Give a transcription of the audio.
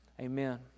Amen